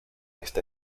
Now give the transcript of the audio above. esta